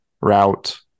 route